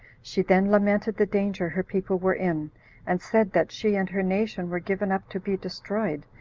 she then lamented the danger her people were in and said that she and her nation were given up to be destroyed,